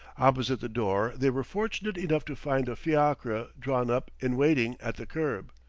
opposite the door they were fortunate enough to find a fiacre drawn up in waiting at the curb.